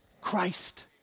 Christ